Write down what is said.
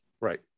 Right